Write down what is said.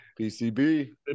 PCB